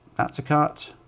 that's a cut,